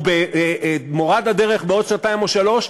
או במורד הדרך בעוד שנתיים או שלוש שנים,